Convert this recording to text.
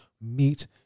meet